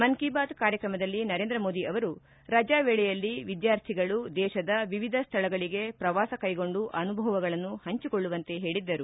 ಮನ್ ಕಿ ಬಾತ್ ಕಾರ್ಯಕ್ರಮದಲ್ಲಿ ನರೇಂದ್ರ ಮೋದಿ ಅವರು ರಜಾ ವೇಳೆಯಲ್ಲಿ ವಿದ್ಯಾರ್ಥಿಗಳು ದೇಶದ ವಿವಿಧ ಸ್ವಳಗಳಿಗೆ ಪ್ರವಾಸ ಕೈಗೊಂಡು ಅನುಭವಗಳನ್ನು ಹಂಚಿಕೊಳ್ಳುವಂತೆ ಹೇಳಿದ್ದರು